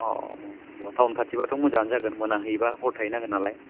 अ अ होनब्ला टाउन खाथिब्लाथ' मोजाङानो जागोन मोना हैयोब्ला हर थाहैनांगोननालाय